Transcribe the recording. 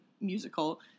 musical